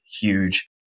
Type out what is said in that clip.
huge